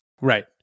Right